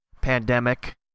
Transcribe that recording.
pandemic